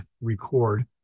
record